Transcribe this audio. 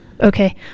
Okay